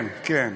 כן, כן.